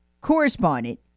correspondent